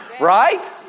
right